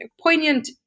poignant